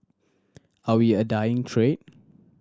are we a dying trade